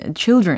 children